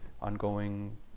ongoing